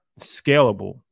scalable